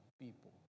people